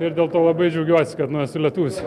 ir dėl to labai džiaugiuosi kad nu esu lietuvis